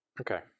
Okay